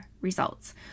results